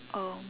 um